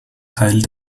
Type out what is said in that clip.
teil